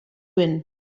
win